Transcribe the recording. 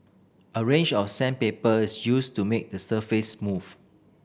a range of sandpaper is used to make the surface smooth